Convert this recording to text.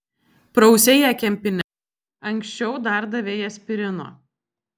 prausei ją kempine anksčiau dar davei aspirino